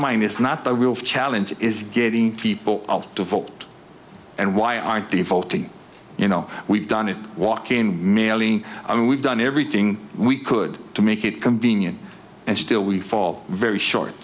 mind it's not the real challenge is getting people out to vote and why aren't defaulting you know we've done it walk in mailing i mean we've done everything we could to make it convenient and still we fall very short